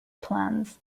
plans